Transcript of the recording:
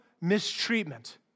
mistreatment